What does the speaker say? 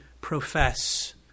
profess